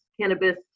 cannabis